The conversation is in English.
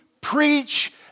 preach